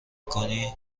کنی